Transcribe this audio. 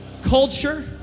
culture